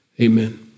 amen